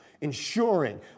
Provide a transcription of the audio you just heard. ensuring